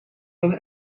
dan